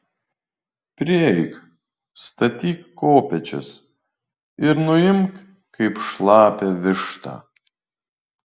prieik statyk kopėčias ir nuimk kaip šlapią vištą